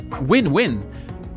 Win-win